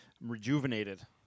rejuvenated